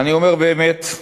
אני אומר, באמת,